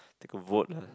take a vote ah